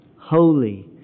holy